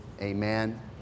amen